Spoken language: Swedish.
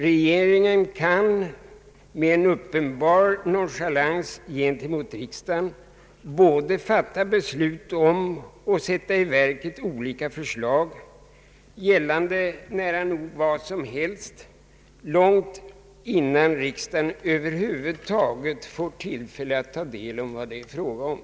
Regeringen kan med en uppenbar nonchalans gentemot riksdagen både fatta beslut om och sätta i verket olika förslag gällande nära nog vad som helst, långt innan riksdagen över huvud taget fått tillfälle att ta del av vad det är fråga om.